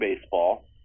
baseball